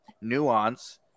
nuance